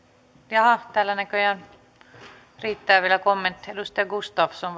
jaha täällä näköjään riittää vielä kommentteja edustaja gustafsson